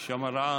יש שם רעש.